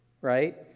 right